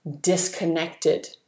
disconnected